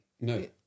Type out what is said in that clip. No